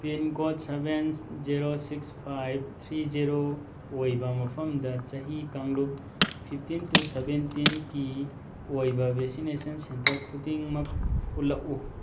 pin code seven zero six five three zero ꯑꯣꯏꯕ ꯃꯐꯝꯗ ꯆꯍꯤ ꯀꯥꯡꯂꯨꯞ ꯐꯤꯞꯇꯤꯟ ꯇꯨ ꯁꯦꯕꯦꯟꯇꯤꯟꯒꯤ ꯑꯣꯏꯕ ꯕꯦꯁꯤꯅꯦꯁꯟ ꯁꯦꯟꯇꯔ ꯈꯨꯗꯤꯡꯃꯛ ꯎꯠꯂꯛꯎ